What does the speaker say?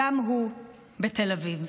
גם הוא בתל אביב.